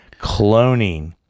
cloning